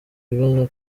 bibaza